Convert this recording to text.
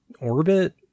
orbit